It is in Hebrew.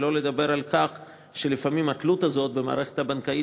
שלא לדבר על כך שלפעמים התלות הזאת של המפלגות במערכת הבנקאית